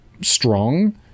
strong